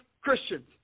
Christians